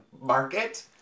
market